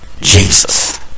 Jesus